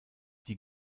die